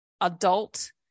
adult